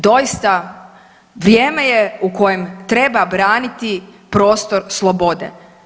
Doista vrijeme je u kojem treba braniti prostor slobode.